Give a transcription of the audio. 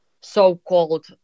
so-called